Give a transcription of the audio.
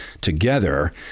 together